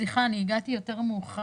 סליחה, הגעתי מאוחר.